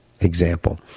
example